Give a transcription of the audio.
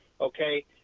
okay